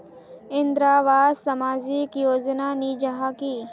इंदरावास सामाजिक योजना नी जाहा की?